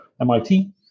MIT